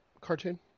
cartoon